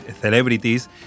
celebrities